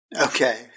okay